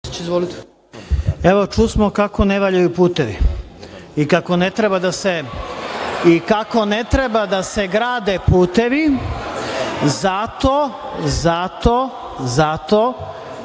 Čusmo kako ne valjaju putevi i kako ne treba da se grade putevi zato što neko